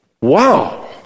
Wow